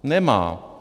Nemá!